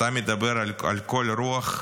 אתה מדבר על קור רוח?